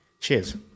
Cheers